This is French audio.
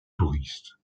touristes